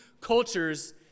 cultures